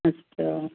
अच्छा